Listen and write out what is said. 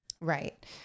Right